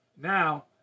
Now